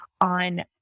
on